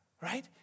right